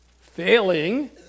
failing